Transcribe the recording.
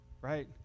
right